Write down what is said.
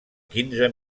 quinze